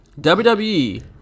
WWE